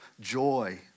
joy